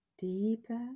deeper